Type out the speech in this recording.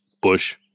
Bush